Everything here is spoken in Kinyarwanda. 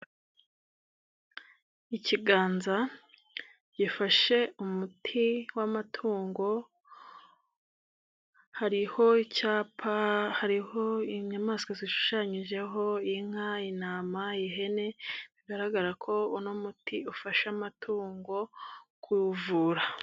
Ikiganza gifashe umuti w'amatungo hariho icyapa, hariho inyamaswa zishushanyijeho, inka, intama, ihene, bigaragara ko uno muti ufashe amatungo kuvura.